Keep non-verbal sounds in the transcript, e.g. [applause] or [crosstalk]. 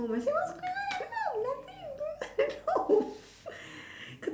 I say what's going on I don't know nothing is going on at home [laughs]